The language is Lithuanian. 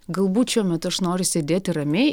galbūt šiuo metu aš noriu sėdėti ramiai